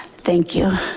thank you.